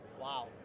Wow